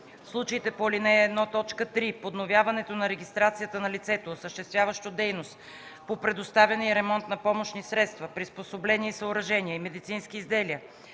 случаите по ал. 1, т. 3 подновяването на регистрацията на лицето, осъществяващо дейност по предоставяне и ремонт на помощни средства, приспособления и съоръжения и медицински изделия,